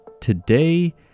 today